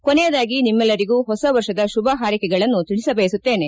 ಕೊನೆಯದಾಗಿ ನಿಮ್ಮೆಲ್ಲರಿಗೂ ಹೊಸ ವರ್ಷದ ಶುಭ ಹಾರ್ಯೆಕೆಗಳನ್ನು ತಿಳಿಸಬಯಸುತ್ತೇನೆ